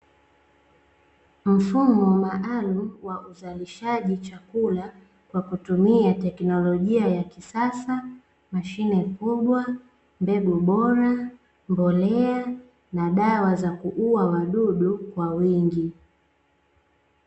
Mfumo maalumu wa uzalishaji wa chakula, kwa kutumia teknolojia ya kisasa, mashine kubwa, mbegu bora, mbolea na dawa za kuua wadudu kwa wingi.